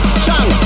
strong